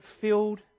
filled